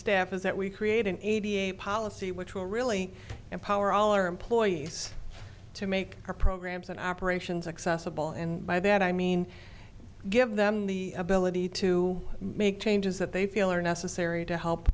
staff is that we create an eighty eight policy which will really and power all our employees to make our programmes and operations accessible and by that i mean give them the ability to make changes that they feel are necessary to help